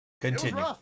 Continue